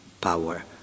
power